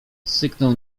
syknął